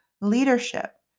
leadership